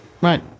Right